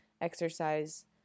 exercise